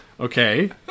Okay